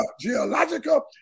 geological